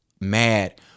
mad